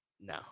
No